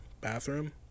bathroom